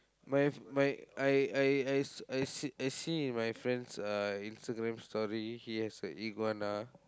my my I I I s~ I I see in my friend's uh Instagram story he has a iguana